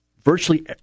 virtually